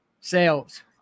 Sales